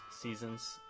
seasons